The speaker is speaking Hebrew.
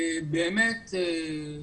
אנחנו